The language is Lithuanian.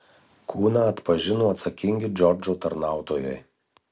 kūną atpažino atsakingi džordžo tarnautojai